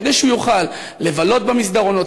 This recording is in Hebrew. כדי שהוא יוכל לבלות במסדרונות,